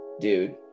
dude